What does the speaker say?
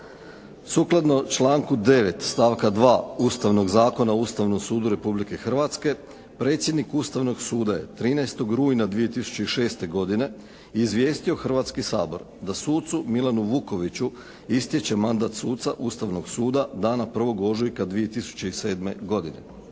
Sukladno članku 9. stavka 2. Ustavnog zakona o Ustavnom sudu Republike Hrvatske predsjednik Ustavnog suda je 13. rujna 2006. godine izvijestio Hrvatski sabor da sucu Milanu Vukoviću istječe mandat suca Ustavnog suda dana 1. ožujka 2007. godine.